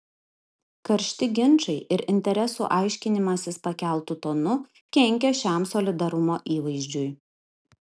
karšti ginčai ir interesų aiškinimasis pakeltu tonu kenkia šiam solidarumo įvaizdžiui